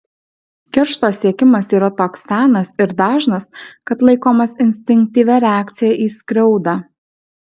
keršto siekimas yra toks senas ir dažnas kad laikomas instinktyvia reakcija į skriaudą